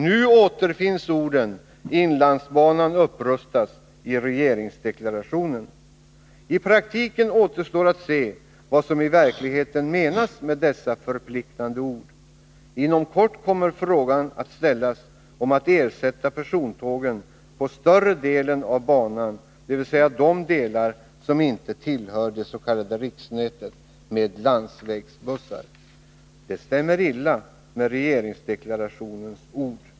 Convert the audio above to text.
Nu återfinns orden ”inlandsbanan upprustas” i regeringsdeklarationen. Det återstår att se vad som i verkligheten menas med dessa förpliktande ord. Inom kort kommer frågan att ställas om att ersätta persontågen på större delen av banan, dvs. de delar som inte tillhör det s.k. riksnätet, med landsvägsbussar. Det stämmer illa med regeringsdeklarationens ord.